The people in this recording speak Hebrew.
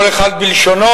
כל אחד בלשונו,